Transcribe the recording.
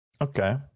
Okay